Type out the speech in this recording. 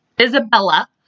Isabella